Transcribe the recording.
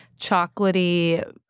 chocolatey